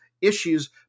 issues